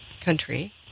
country